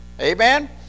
Amen